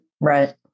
Right